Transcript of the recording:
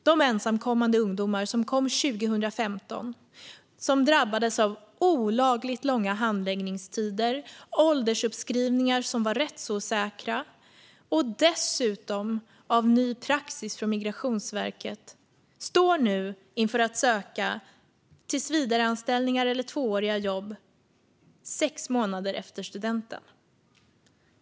De ensamkommande ungdomar som kom 2015 och som drabbades av olagligt långa handläggningstider, rättsosäkra åldersuppskrivningar och dessutom ny praxis från Migrationsverket står nu inför att söka tillsvidareanställningar eller tvååriga jobb sex månader efter studenten.